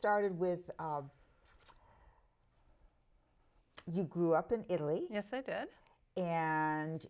started with you grew up in italy yes i did and